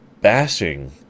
bashing